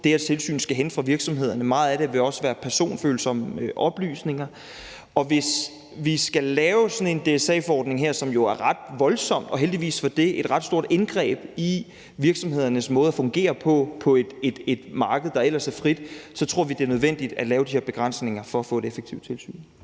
det her tilsyn skal hente fra virksomhederne, og meget af det vil også være personfølsomme oplysninger. Og hvis vi skal lave sådan en DSA-forordning her, som jo er ret voldsom – heldigvis for det – og et ret stort indgreb i virksomhedernes måde at fungere på på et marked, der ellers er frit, tror vi det er nødvendigt at lave de her begrænsninger for at få et effektivt tilsyn.